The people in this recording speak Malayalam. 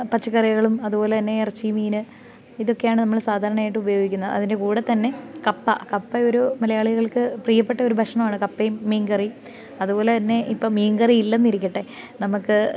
പച്ചക്കറികളും അതുപോലെ തന്നെ ഇറച്ചി മീന് ഇതൊക്കെയാണ് നമ്മൾ സാധാരണയായിട്ട് ഉപയോഗിക്കുന്ന അതിൻ്റെ കൂടെ തന്നെ കപ്പ കപ്പയൊരു മലയാളികൾക്ക് പ്രിയപ്പെട്ട ഒരു ഭക്ഷണമാണ് കപ്പയും മീൻ കറി അതുപോലെ തന്നെ ഇപ്പം മീൻ കറി ഇല്ലെന്നിരിക്കട്ടെ നമുക്ക്